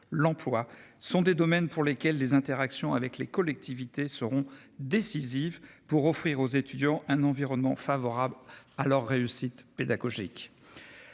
l'emploi sont des domaines pour lesquels les interactions avec les collectivités seront décisives pour offrir aux étudiants un environnement favorable à leur réussite pédagogique.